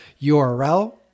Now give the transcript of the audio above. URL